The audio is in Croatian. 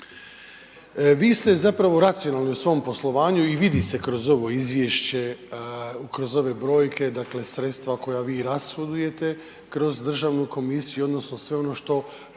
Vi ste zapravo racionalni u svom poslovanju i vidi se kroz ovo izvješće, kroz ove brojke, dakle sredstva koja vi rashodujete kroz državnu komisiju odnosno sve ono što